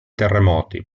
terremoti